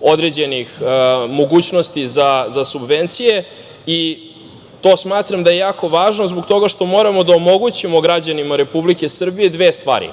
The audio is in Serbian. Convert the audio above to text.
određenih mogućnosti za subvencije i to smatram da je jako važno zbog toga što moramo da omogućimo građanima Republike Srbije dve stvari.